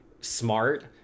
smart